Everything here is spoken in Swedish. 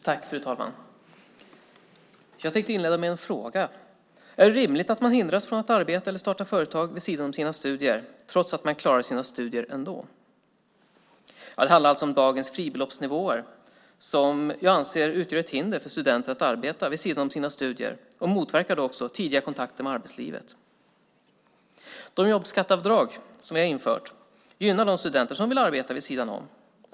Fru talman! Jag inleder med en fråga: Är det rimligt att man hindras från att arbeta eller att starta företag vid sidan av sina studier även om man klarar sina studier ändå? Det handlar om dagens fribeloppsnivåer som utgör ett hinder för studenter att arbeta vid sidan av sina studier och också motverkar tidiga kontakter med arbetslivet. De jobbskatteavdrag som har införts gynnar de studenter som vill arbeta vid sidan om.